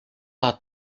hat